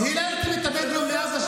היללתם את הבדואים מאז 7